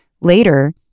Later